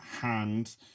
hand